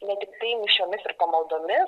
ne tiktai mišiomis ir pamaldomis